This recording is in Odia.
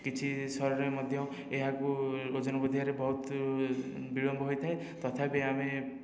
କିଛି ଶରୀରରେ ମଧ୍ୟ ଏହାକୁ ଓଜନ ବୃଦ୍ଧିବାରେ ବହୁତ ବିଳମ୍ବ ହୋଇଥାଏ ତଥାପି ଆମେ